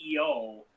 CEO